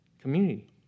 community